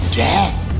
death